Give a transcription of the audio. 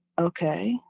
okay